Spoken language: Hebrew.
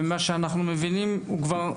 וממה שאנחנו מבינים הוא כבר הסתיים.